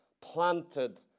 planted